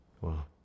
Wow